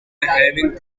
having